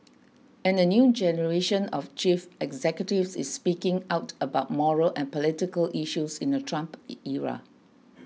and a new generation of chief executives is speaking out about moral and political issues in the Trump era